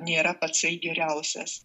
nėra pats geriausias